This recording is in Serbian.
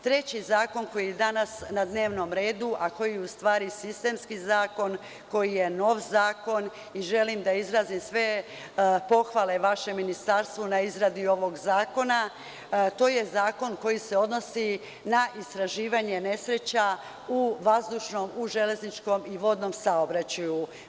Treći zakon koji je danas na dnevnom redu, a koji je u stvari sistemski zakon, koji je nov zakon i želim da izrazim sve pohvale vašem ministarstvu na izradi ovog zakona, to je zakon koji se odnosi na istraživanje nesreća u vazdušnom, u železničkom i vodnom saobraćaju.